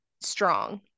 strong